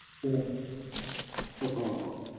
ꯎꯝ ꯑꯣ ꯍꯣ